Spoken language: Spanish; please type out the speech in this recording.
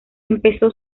empezó